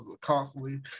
constantly